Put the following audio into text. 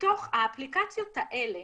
בתוך האפליקציות האלה